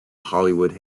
hollywood